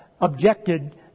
objected